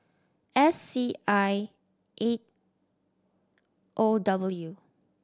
S C I eight O W